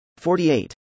48